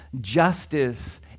Justice